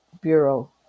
Bureau